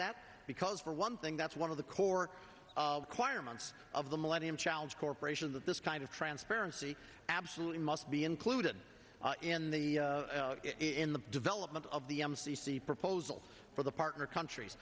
that because for one thing that's one of the core acquirements of the millennium challenge corporation that this kind of transparency absolutely must be included in the in the development of the m c c proposals for the partner countries